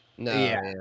No